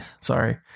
Sorry